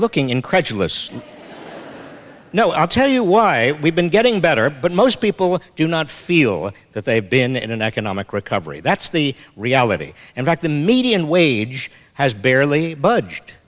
looking incredulous no i'll tell you why we've been getting better but most people do not feel that they've been in an economic recovery that's the reality in fact the median wage has barely budged